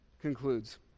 concludes